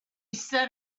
set